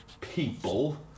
people